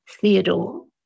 Theodore